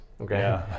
okay